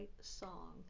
song